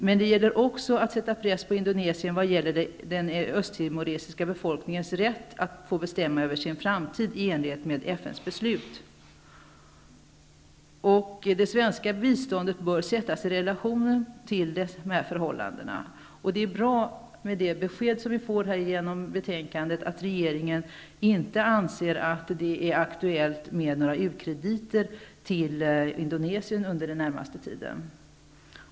Men det gäller också att sätta press på Indonesien när det gäller den östtimoresiska befolkningens rätt att få bestämma över sin framtid i enlighet med FN:s beslut. Det svenska biståndet bör sättas i relation till dessa förhållanden. Det är bra med det besked som vi får genom betänkandet att regeringen inte anser att det är aktuellt med några u-krediter till Indonesien under den närmaste tiden.